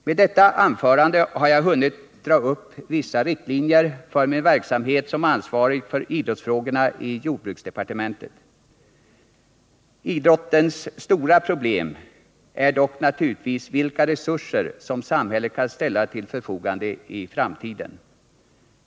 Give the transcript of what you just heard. Med detta anförande har jag dragit upp vissa riktlinjer för min verksamhet som ansvarig för idrottsfrågorna i jordbruksdepartementet. Idrottens stora problem är dock naturligtvis vilka resurser som samhället kan ställa till förfogande i framtiden.